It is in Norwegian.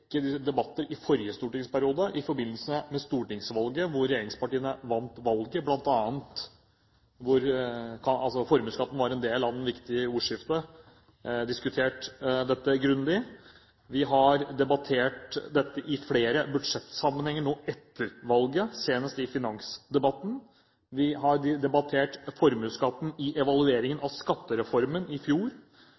debatter i forrige stortingsperiode i forbindelse med stortingsvalget – regjeringspartiene vant valget, og formuesskatten var en del av det viktige ordskiftet – diskutert dette grundig. Vi har debattert dette i flere budsjettsammenhenger etter valget, senest i finansdebatten, vi har debattert formuesskatten under evalueringen av Skattereformen i